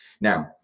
Now